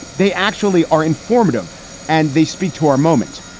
they actually are informative and they speak to our moment.